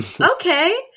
okay